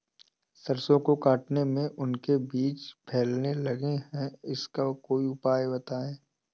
सरसो को काटने में उनके बीज फैलने लगते हैं इसका कोई उपचार बताएं?